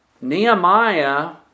Nehemiah